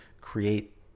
create